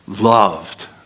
Loved